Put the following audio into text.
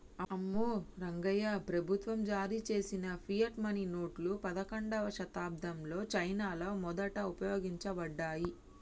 అమ్మో రంగాయ్యా, ప్రభుత్వం జారీ చేసిన ఫియట్ మనీ నోట్లు పదకండవ శతాబ్దంలో చైనాలో మొదట ఉపయోగించబడ్డాయి